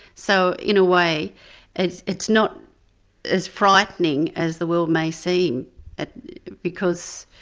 so in a way it's it's not as frightening as the world may seem because